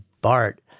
Bart